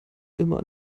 immer